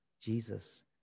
Jesus